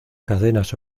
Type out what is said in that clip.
cadenas